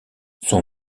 son